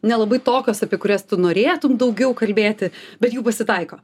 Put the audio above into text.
nelabai tokios apie kurias tu norėtum daugiau kalbėti bet jų pasitaiko